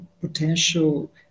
potential